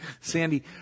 Sandy